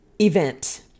event